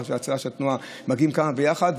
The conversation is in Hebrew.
ומגיעים כמה יחד,